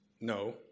no